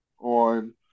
on